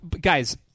guys